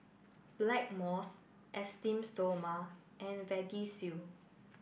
Blackmores Esteem Stoma and Vagisil